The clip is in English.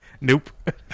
Nope